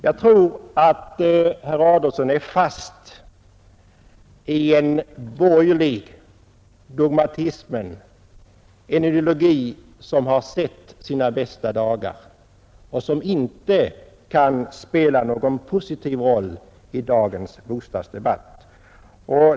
Jag tror att herr Adolfsson är fast i en borgerlig dogmatik, en ideologi som sett sina bästa dagar och inte kan spela någon positiv roll i dagens bostadsdebatt.